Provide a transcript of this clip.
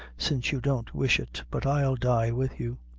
since you don't wish it but i'll die with you.